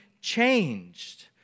changed